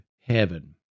heaven